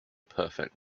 perfect